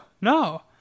no